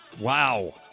Wow